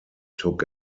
took